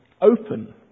open